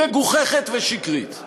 מגוחכת ושקרית.